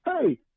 Hey